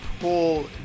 pull